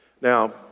Now